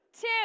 two